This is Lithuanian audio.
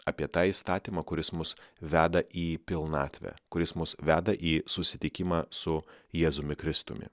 apie tą įstatymą kuris mus veda į pilnatvę kuris mus veda į susitikimą su jėzumi kristumi